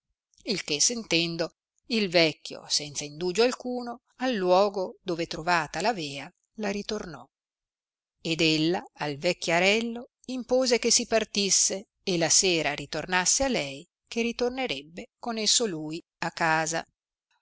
il che sentendo il vecchio senza indugio alcuno al luoco dove trovata l'avea la ritornò ed ella al vecchiarello impose che si partisse e la sera ritornasse a lei che ritornerebbe con esso lui a casa